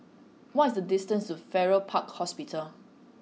what is the distance to Farrer Park Hospital